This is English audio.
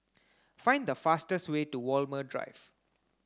find the fastest way to Walmer Drive